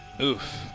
Oof